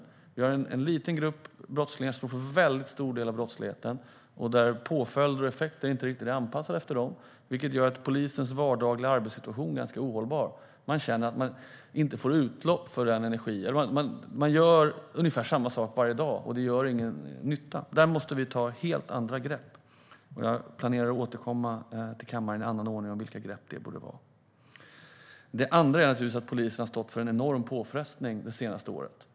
Det finns en liten grupp brottslingar som står för en väldigt stor del av brottsligheten, och påföljder och effekter är inte riktigt anpassade efter dem. Det gör att polisens vardagliga arbetssituation blir ganska ohållbar. Man känner att man gör ungefär samma sak varje dag och upplever att man inte gör någon nytta. Där måste vi ta helt andra grepp. Jag planerar att återkomma till kammaren i annan ordning om vilka grepp det borde vara. Det andra är naturligtvis att polisen har stått under enorm påfrestning det senaste året.